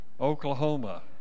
Oklahoma